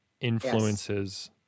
influences